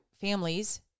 families